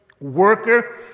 worker